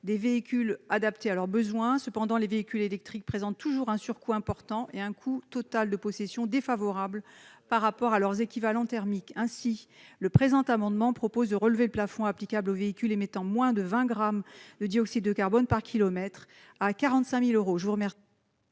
de véhicules adaptés à leurs besoins. Cependant, les véhicules électriques présentent toujours un surcoût important et un coût total de possession défavorable par rapport à leurs équivalents thermiques. Cet amendement tend donc à relever le plafond applicable aux véhicules émettant moins de vingt grammes de dioxyde de carbone par kilomètre à 45 000 euros.